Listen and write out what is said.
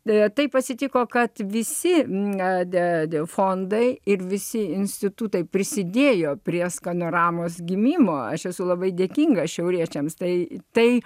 deja taip atsitiko kad visi nadia fondai ir visi institutai prisidėjo prie skanoramos gimimo aš esu labai dėkinga šiauriečiams tai tai